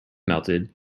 melted